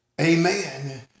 Amen